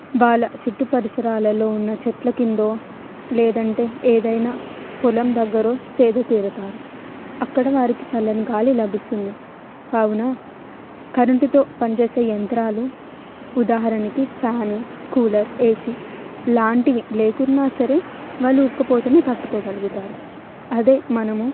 వాళ్ళ చుట్టు పరిసరాలలో ఉన్న చెట్ల కిందో లేదంటే ఏదైనా పొలం దగ్గరో సేద తీరుతారు అక్కడ వారికి చల్లని గాలి లభిస్తుంది కావున కరెంటుతో పనిచేసే యంత్రాలు ఉదాహరణకి ఫ్యాన్ కూలర్ ఏసి లాంటివి లేకున్నా సరే వాళ్ళు ఉక్కపోతని తట్టుకోగలుగుతారు అదే మనము